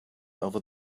over